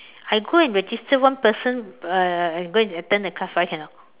I go and register one person uh uh and go and attend the class why cannot